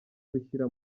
gushyira